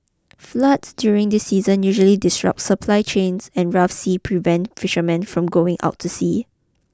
floods during this season usually disrupt supply chains and rough sea prevent fishermen from going out to sea